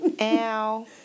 Ow